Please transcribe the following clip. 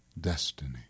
destiny